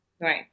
Right